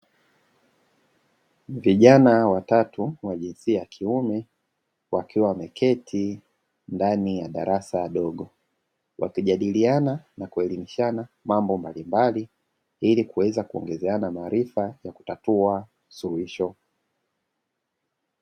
Vijana watatu wa jinsia ya kiume wakiwa wameketi ndani ya darasa dogo, wakijadiliana na kuelimishana mambo mbalimbali ili kuweza kuongezeana maarifa na kutatua suluhisho.